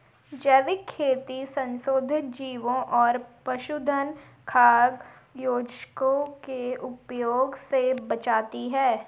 जैविक खेती संशोधित जीवों और पशुधन खाद्य योजकों के उपयोग से बचाती है